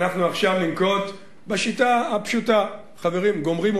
שאנחנו עכשיו ננקוט את השיטה הפשוטה: גומרים,